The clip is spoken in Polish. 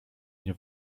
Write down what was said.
nie